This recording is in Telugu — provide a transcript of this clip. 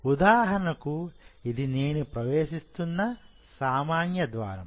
ఉదాహరణకు ఇది నేను ప్రవేశిస్తున్నసామాన్య ద్వారము